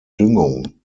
düngung